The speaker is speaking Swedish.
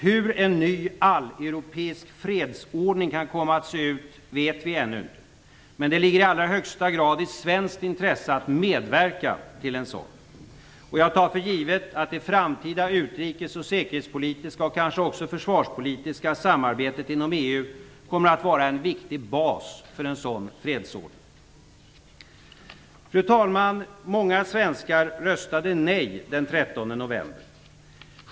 Hur en ny alleuropeisk fredsordning kan komma att se ut vet vi ännu inte. Men det ligger i allra högsta grad i svenskt intresse att medverka till en sådan. Jag tar för givet att det framtida utrikes-, säkerhets och kanske också försvarspolitiska samarbetet inom EU kommer att vara en viktig bas för en sådan fredsordning. Fru talman! Många svenskar röstade nej den 13 november.